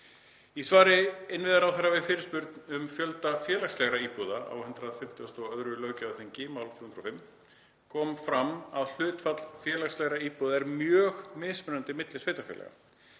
Í svari innviðaráðherra við fyrirspurn um fjölda félagslegra íbúða á 152. löggjafarþingi, 305. mál, kom fram að hlutfall félagslegra íbúða er mjög mismunandi milli sveitarfélaga.